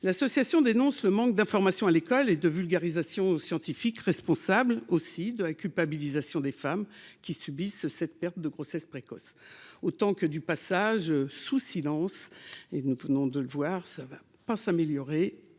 L'association dénonce le manque d'information à l'école et de vulgarisation scientifique, responsable de la culpabilisation des femmes qui subissent une perte de grossesse précoce, autant que du passage sous silence de cet événement- et, nous venons de le voir, cela ne va pas s'améliorer.